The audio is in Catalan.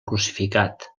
crucificat